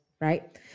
right